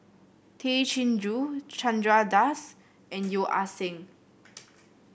Tay Chin Joo Chandra Das and Yeo Ah Seng